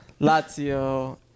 Lazio